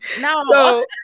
No